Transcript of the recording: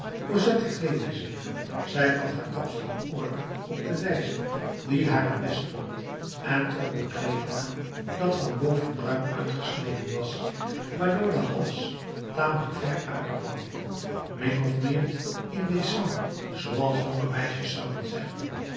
cosette kleedde zich zij bracht haar kapsel in orde op de wijze die haar het best stond en trok een kleed aan dat van boven ruim uitgesneden was waardoor de hals tamelijk ver uitkwam min of meer indécent zooals jonge meisjes zouden zeggen